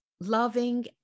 loving